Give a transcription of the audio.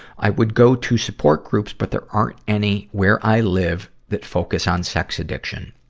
i would go to support groups, but there aren't any where i live that focus on sex addiction.